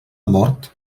mort